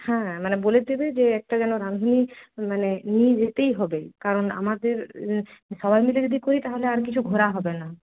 হ্যাঁ মানে বলে দেবে যে একটা যেন রাঁধুনি মানে নিয়ে যেতেই হবে কারণ আমাদের সবাই মিলে যদি করি তাহলে আর কিছু ঘোরা হবে না